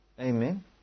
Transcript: Amen